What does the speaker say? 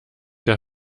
der